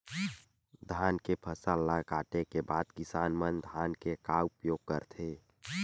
धान के फसल ला काटे के बाद किसान मन धान के का उपयोग करथे?